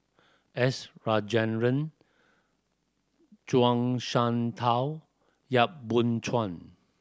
S Rajendran Zhuang Shengtao Yap Boon Chuan